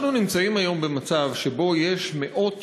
אנחנו נמצאים היום במצב שבו יש מאות